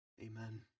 Amen